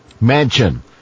Mansion